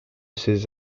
ses